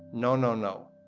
no, no, no,